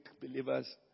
believers